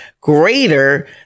greater